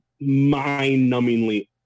mind-numbingly